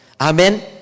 Amen